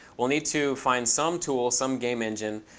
we'll need to find some tool, some game engine,